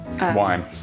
Wine